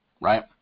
right